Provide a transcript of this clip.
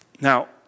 Now